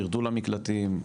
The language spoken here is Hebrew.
ירדו למקלטים,